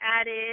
added